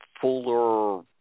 fuller